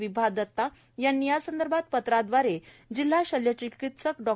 विभा दत्ता यांनी यासंदर्भात पत्रादवारे जिल्हा शल्य चिकित्सक डॉ